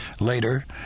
Later